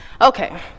Okay